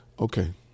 Okay